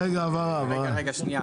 רגע שנייה